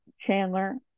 Chandler